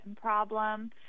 problem